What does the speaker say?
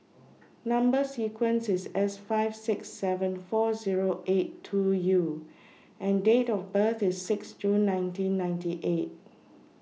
Number sequence IS S five six seven four Zero eight two U and Date of birth IS six June nineteen ninety eight